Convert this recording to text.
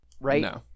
right